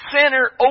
Center